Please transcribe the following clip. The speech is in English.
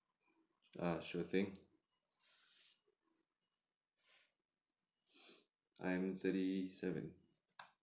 uh sure thing I'm thirty seven